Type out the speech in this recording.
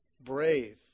Brave